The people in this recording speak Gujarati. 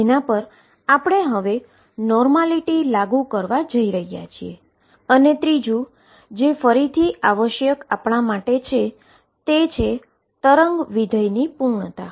જેના પર નોર્માલીટી લાગુ કરવા જઈ રહ્યા છીએ અને ત્રીજું જે આપણા માટે ફરીથી આવશ્યક છે તે વેવ ફંક્શનની પૂર્ણતા